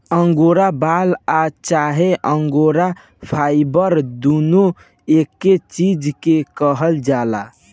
angora बाल आ चाहे अंगोरा फाइबर दुनो एके चीज के कहल जाला